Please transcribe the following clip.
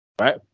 right